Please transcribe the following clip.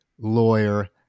lawyer